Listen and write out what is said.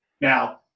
Now